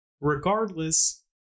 regardless